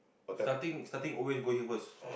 starting starting always go here first